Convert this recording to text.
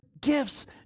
gifts